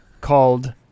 called